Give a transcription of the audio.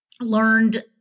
learned